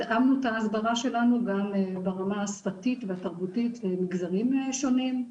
התאמנו את ההסברה שלנו גם ברמה השפתית והתרבותית למגזרים שונים,